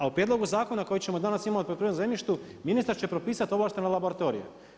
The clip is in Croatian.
A u prijedlogu zakona koji ćemo danas imati o poljoprivrednom zemljištu, ministar će propisati ovlaštena laboratoriju.